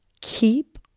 keep